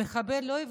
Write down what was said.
המחבל לא הבדיל.